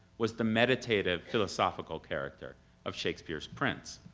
was the meditative, philosophical character of shakespeare's prints,